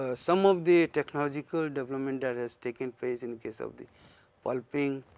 ah some of the technological development that has taken place in case of the pulping,